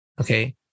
Okay